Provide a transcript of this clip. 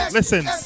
Listen